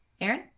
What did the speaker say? Aaron